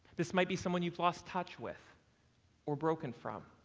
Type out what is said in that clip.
this might be someone you've lost touch with or broken from.